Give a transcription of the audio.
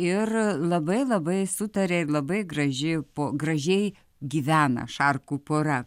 ir labai labai sutaria labai graži po gražiai gyvena šarkų pora